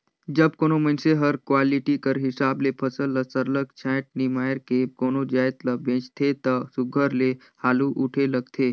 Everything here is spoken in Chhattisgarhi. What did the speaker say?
जब कोनो मइनसे हर क्वालिटी कर हिसाब ले फसल ल सरलग छांएट निमाएर के कोनो जाएत ल बेंचथे ता सुग्घर ले हालु उठे लगथे